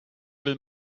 will